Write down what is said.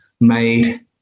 made